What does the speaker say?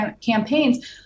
campaigns